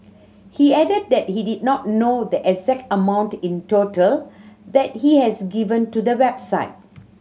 he added that he did not know the exact amount in total that he has given to the website